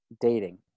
dating